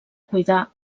cuidar